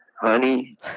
honey